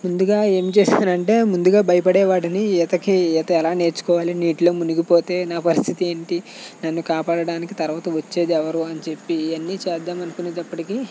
ముందుగా ఏం చేసానంటే ముందుగా భయపడేవాడిని ఈతకి ఈత ఎలా నేర్చుకోవాలి నీటిలో మునిగిపోతే నా పరిస్థితి ఏంటి నన్ను కాపాడటానికి తర్వాత వచ్చేదెవరూ అనిచెప్పి ఇవన్నీ చేద్దామనుకునేటప్పటికి